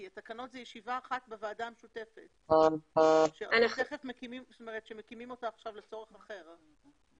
כי התקנות זו ישיבה אחת בוועדה המשותפת שמקימים אותה עכשיו לצורך אחר.